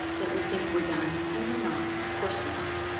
that we think we are done, and we are not. of course we are not.